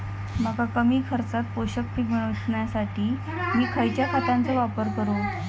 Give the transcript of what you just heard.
मका कमी खर्चात पोषक पीक मिळण्यासाठी मी खैयच्या खतांचो वापर करू?